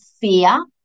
fear